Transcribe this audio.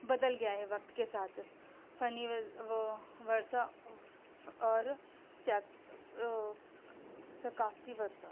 بدل گیا ہے وقت کے ساتھ فنی وہ ورثہ اور ثقافتی ورثہ